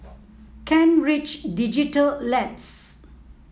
Kent Ridge Digital Labs